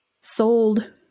sold